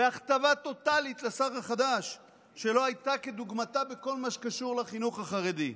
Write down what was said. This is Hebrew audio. והכתבה טוטלית לשר החדש שלא הייתה כדוגמתה בכל מה שקשור לחינוך החרדי.